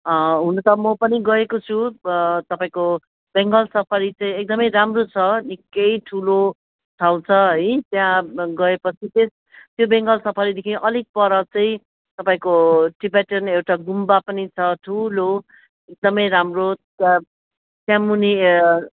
हुनु त म पनि गएको छु तपाईँको बेङ्गाल सफारी चाहिँ एकदमै राम्रो छ निकै ठुलो ठाउँ छ है त्यहाँ गएपछि त्यस त्यो बेङ्गाल सफारीदेखि अलिक पर चाहिँ तपाईँको टिबेटन एउटा गुम्बा पनि छ ठुलो एकदमै राम्रो त्यहाँ त्यहाँमुनि